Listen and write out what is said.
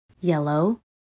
yellow